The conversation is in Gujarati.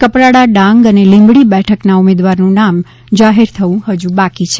કપરાડા ડાંગ અને લીંબડી બેઠકના ઉમેદવારનું નામ જાહેર થવું હજુ બાકી છે